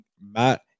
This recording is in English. matt